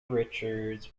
richards